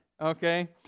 okay